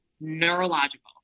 neurological